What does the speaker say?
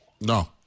No